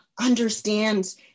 understands